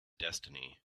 destiny